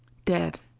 dead.